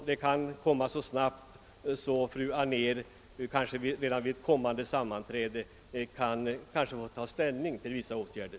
Det kan hända att fru Anér redan vid kommande sammanträde får ta ställning till vissa förslag om åtgärder.